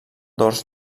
dors